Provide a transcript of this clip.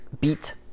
beat